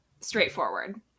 Straightforward